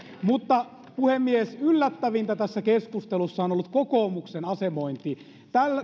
mutta puhemies yllättävintä tässä keskustelussa on ollut kokoomuksen asemointi